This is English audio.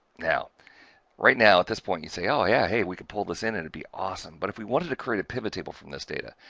now right now at this point, you say, oh, yeah, hey, we could pull this in, and it'd be awesome. but if we wanted to create a pivottable from this data,